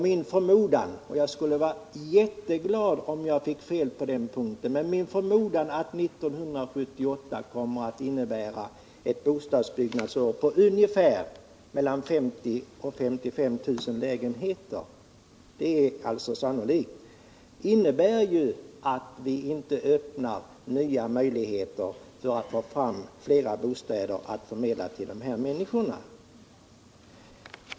Min förmodan, och jag skulle vara jätteglad om jag fick fel på den punkten, att det 1978 kommer att bli ett bostadsbyggande på mellan 50 000 och 53 000 lägenheter — det är alltså sannolikt —- innebär att vi inte öppnar möjligheter att få fram flera bostäder att förmedla.